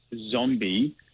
Zombie